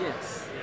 yes